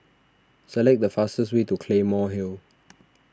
select the fastest way to Claymore Hill